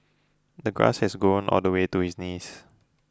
the grass had grown all the way to his knees